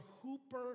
hooper